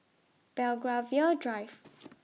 Belgravia Drive